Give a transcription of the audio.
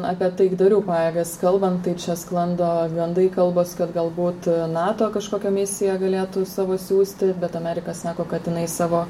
apie taikdarių pajėgas kalbant tai čia sklando gandai kalbos kad galbūt nato kažkokią misiją galėtų savo siųsti bet amerika sako kad jinai savo